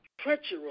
treacherous